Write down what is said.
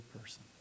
person